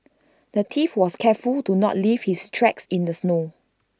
the thief was careful to not leave his tracks in the snow